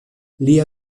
lia